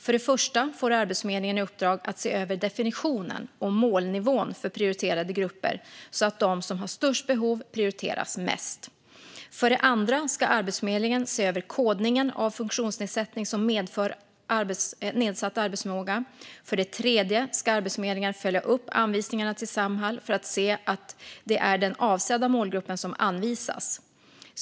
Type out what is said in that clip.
För det första får Arbetsförmedlingen i uppdrag att se över definitionen och målnivån för prioriterade grupper så att de som har störst behov prioriteras mest. För det andra ska Arbetsförmedlingen se över kodningen av funktionsnedsättning som medför nedsatt arbetsförmåga. För det tredje ska Arbetsförmedlingen följa upp anvisningarna till Samhall för att se till att det är den avsedda målgruppen som anvisas.